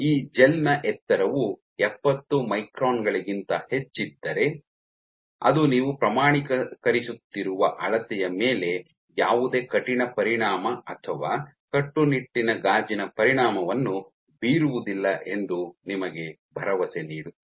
ಈ ಜೆಲ್ನ ಎತ್ತರವು ಎಪ್ಪತ್ತು ಮೈಕ್ರಾನ್ ಗಳಿಗಿಂತ ಹೆಚ್ಚಿದ್ದರೆ ಅದು ನೀವು ಪ್ರಮಾಣೀಕರಿಸುತ್ತಿರುವ ಅಳತೆಯ ಮೇಲೆ ಯಾವುದೇ ಕಠಿಣ ಪರಿಣಾಮ ಅಥವಾ ಕಟ್ಟುನಿಟ್ಟಿನ ಗಾಜಿನ ಪರಿಣಾಮವನ್ನು ಬೀರುವುದಿಲ್ಲ ಎಂದು ನಿಮಗೆ ಭರವಸೆ ನೀಡುತ್ತದೆ